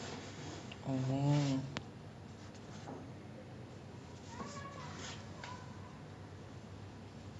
அத வந்து தனியா காச்சி அதுல இருந்து குடிச்சா அது:atha vanthu thaniyaa kaachi athula irunthu kudichaa athu whiskey கு சமோனு வச்சிகயே அதே:ku samonu vachikayae athae taste இருக்காது:irukkaathu but still it's alcohol